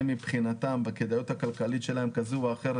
הן מבחינתן והכדאיות הכלכלית שלהן כזו או אחרת,